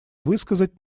высказать